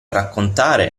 raccontare